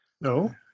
no